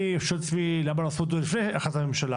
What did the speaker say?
אני שואל את עצמי למה לא עשו את זה לפני החלטת הממשלה?